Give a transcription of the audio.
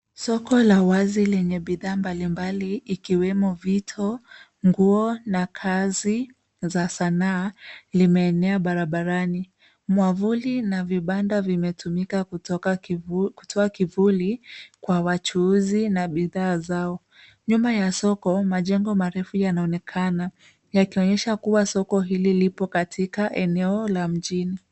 Soko la wazi lenye bidhaa mbalimbali ikiwemo vito, nguo na kazi za sanaa limeenea barabarani. Mwavuli na vibanda vimetumika kutoa kivuli kwa wachuuzi na bidhaa zao. Nyuma ya soko majengo marefu yanaonekana yakionyesha kuwa soko hili lipo katika eneo la mjini.